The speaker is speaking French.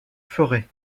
forêts